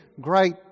great